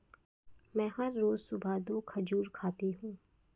मैं हर रोज सुबह दो खजूर खाती हूँ